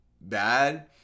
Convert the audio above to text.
bad